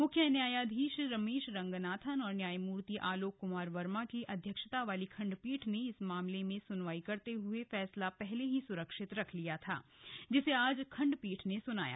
मुख्य न्यायाधीश रमेश रंगनाथन और न्यायमूर्ति आलोक कुमार वर्मा की अध्यक्षता वाली खंडपीठ ने इस मामले में सुनवाई करते हुए फैसला पहले ही सुरक्षित रख लिया था जिसे आज खंडपीठ ने सुनाया